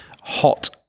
hot